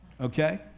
Okay